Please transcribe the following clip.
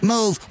Move